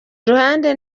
iruhande